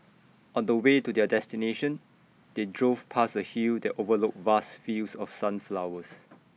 on the way to their destination they drove past A hill that overlooked vast fields of sunflowers